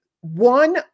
one